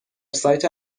سایت